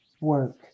work